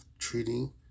Treating